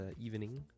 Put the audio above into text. evening